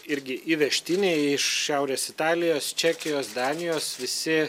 irgi įvežtiniai iš šiaurės italijos čekijos danijos visi